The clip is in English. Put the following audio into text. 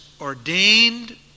ordained